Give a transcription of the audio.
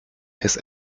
his